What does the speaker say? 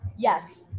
Yes